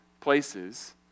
places